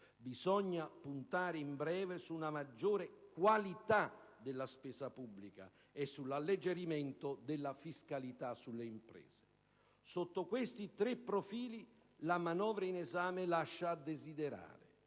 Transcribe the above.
Bisogna puntare, in breve, su una maggiore qualità della spesa pubblica e sull'alleggerimento della fiscalità sulle imprese. Sotto questi profili la manovra in esame lascia a desiderare,